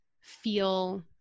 feel